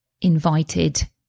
invited